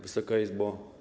Wysoka Izbo!